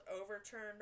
overturned